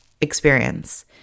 experience